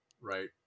right